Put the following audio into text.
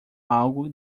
algo